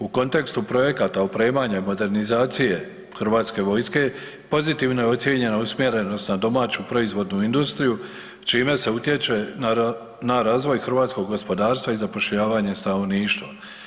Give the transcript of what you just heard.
U kontekstu projekata opremanja i modernizacije Hrvatske vojske pozitivno je ocijenjena usmjerenost na domaću proizvodnu industriju čime se utječe na razvoj hrvatskog gospodarstva i zapošljavanje stanovništva.